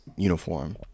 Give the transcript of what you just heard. Uniform